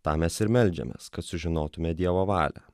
tą mes ir meldžiamės kad sužinotumėme dievo valią